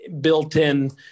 built-in